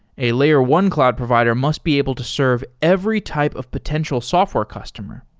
a layer one cloud provider must be able to serve every type of potential software customer,